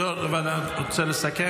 יו"ר הוועדה, אתה רוצה לסכם?